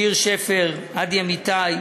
שיר שפר, עדי אמיתי,